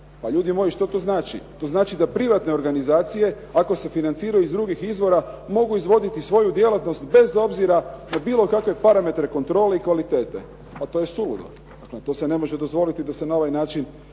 ljudi moji, šta to znači? To znači da privatne organizacije ako se financiraju iz drugih izvora mogu izvoditi svoju djelatnost bez obzira na bilo kakve parametre kontrole i kvalitete. Pa to je suludo, to se ne može dozvoliti da se na ovakav način